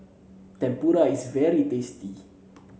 tempura is very tasty